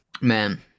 Man